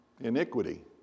iniquity